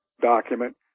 document